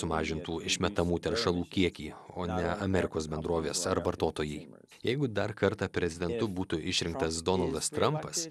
sumažintų išmetamų teršalų kiekį o ne amerikos bendrovės ar vartotojai jeigu dar kartą prezidentu būtų išrinktas donaldas trampas